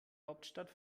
hauptstadt